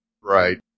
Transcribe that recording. Right